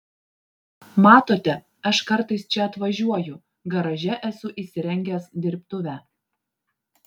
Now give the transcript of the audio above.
matote aš kartais čia atvažiuoju garaže esu įsirengęs dirbtuvę